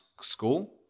school